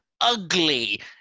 ugly